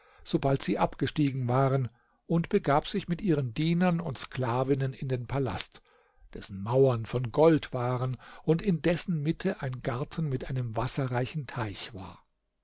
sobald sie abgestiegen waren und begab sich mit ihren dienern und sklavinnen in den palast dessen mauern von gold waren und in dessen mitte ein garten mit einem wasserreichen teich war